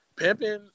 Pimping